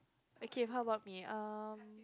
okay how about me um